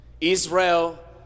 Israel